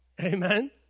Amen